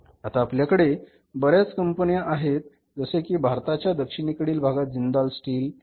आता आपल्याकडे बर्याच कंपन्या आहेत जसे की भारताच्या दक्षिणेकडील भागात जिंदाल स्टील कार्यरत आहे